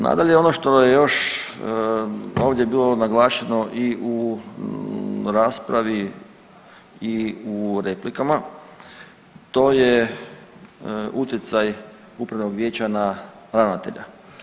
Nadalje ono što je još ovdje bilo naglašeno i u raspravi i u replikama, to je utjecaj upravnog vijeća na ravnatelja.